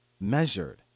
measured